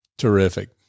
Terrific